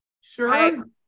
sure